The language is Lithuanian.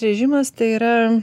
režimas tai yra